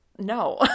No